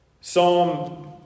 Psalm